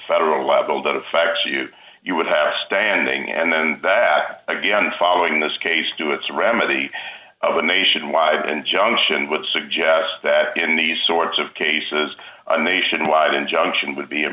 federal level that affects you you would have standing and then that again following this case to its remedy of a nationwide injunction would suggest that in these sorts of cases a nationwide injunction would be